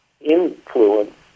influence